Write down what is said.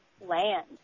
land